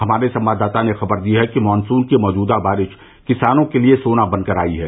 हमारे संवाददाता ने खबर दी है कि मॉनसून की मौजूदा बारिश किसानों के लिए सोना बनकर आई है